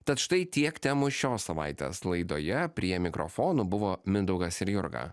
tad štai tiek temų šios savaitės laidoje prie mikrofonų buvo mindaugas ir jurga